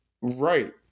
Right